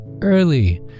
early